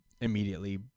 immediately